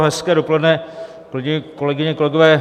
Hezké dopoledne, kolegyně, kolegové.